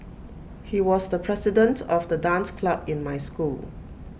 he was the president of the dance club in my school